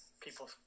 people